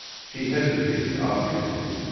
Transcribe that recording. she hesitated obviously.